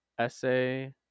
essay